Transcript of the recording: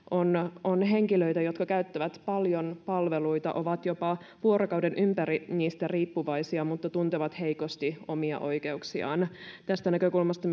on on henkilöitä jotka käyttävät paljon palveluita ovat jopa vuorokauden ympäri niistä riippuvaisia mutta tuntevat heikosti omia oikeuksiaan tästä näkökulmasta